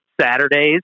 Saturdays